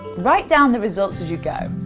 write down the results as you go.